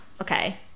okay